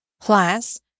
plus